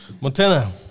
Montana